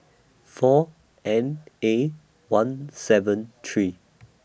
four N A one seven three